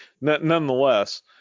Nonetheless